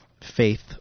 faith